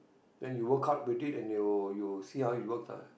when you work hard with it and you you see how it works lah